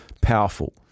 Powerful